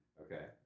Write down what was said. Okay